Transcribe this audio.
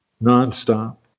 Non-stop